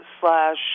slash